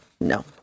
No